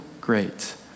great